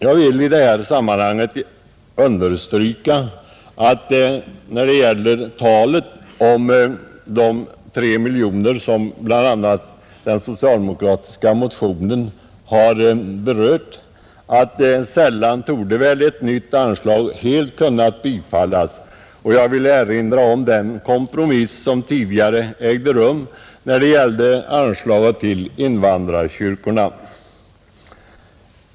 Jag vill i detta sammanhang understryka när det gäller talet om de 3 miljoner kronor som bl.a. den socialdemokratiska motionen har berört att sällan torde väl ett nytt anslag helt kunna bifallas. Jag vill erinra om den kompromiss som tidigare åstadkoms när det gällde anslaget till invandrarkyrkorna.